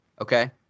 Okay